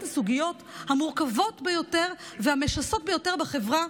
הסוגיות המורכבות ביותר והמשסעות ביותר בחברה,